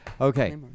Okay